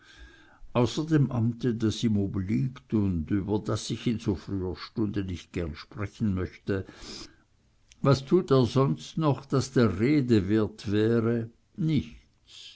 dem amte das ihm obliegt und über das ich in so früher stunde nicht gern sprechen möchte was tut er sonst noch das der rede wert wäre nichts